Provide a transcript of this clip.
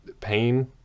pain